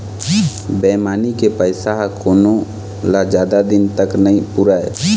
बेईमानी के पइसा ह कोनो ल जादा दिन तक नइ पुरय